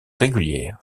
régulière